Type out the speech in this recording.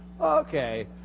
Okay